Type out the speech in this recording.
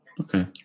okay